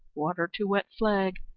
water to wet flag,